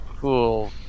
cool